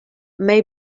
may